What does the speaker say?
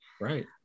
right